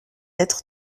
être